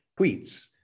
tweets